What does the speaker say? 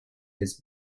his